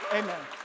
amen